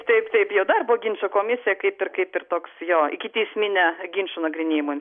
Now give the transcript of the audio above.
taip taip jo darbo ginčų komisija kaip ir kaip ir toks jo ikiteisminė ginčų nagrinėjimui